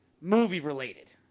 movie-related